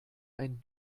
ein